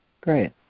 Great